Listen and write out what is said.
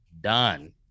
done